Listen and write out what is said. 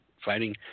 Fighting